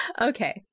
Okay